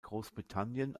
großbritannien